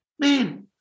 man